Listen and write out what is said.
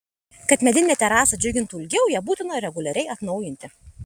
kad medinė terasa džiugintų ilgiau ją būtina reguliariai atnaujinti